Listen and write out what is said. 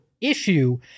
issue